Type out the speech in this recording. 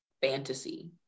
fantasy